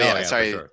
Sorry